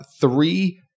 three